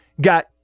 got